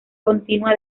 continua